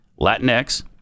Latinx